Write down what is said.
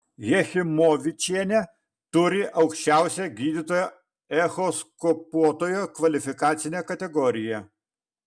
jachimovičienė turi aukščiausią gydytojo echoskopuotojo kvalifikacinę kategoriją